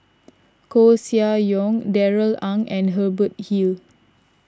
Koeh Sia Yong Darrell Ang and Hubert Hill